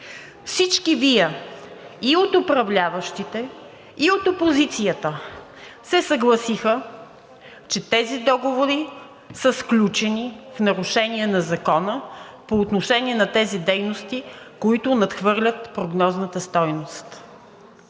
Всички Вие – и от управляващите, и от опозицията, се съгласихте, че тези договори са сключени в нарушение на закона по отношение на тези дейности, които надхвърлят прогнозната стойност.